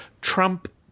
Trump